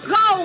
go